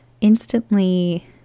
instantly